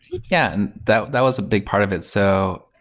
yeah, and that that was a big part of it. so,